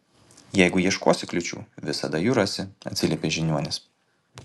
jeigu ieškosi kliūčių visada jų rasi atsiliepė žiniuonis